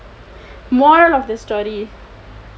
moral of the story